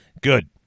Good